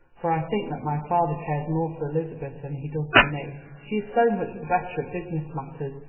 for i think that my father cares more for elizabeth than he does for me, she is so much the better at business matters,